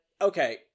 okay